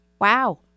Wow